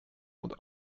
und